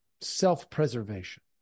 self-preservation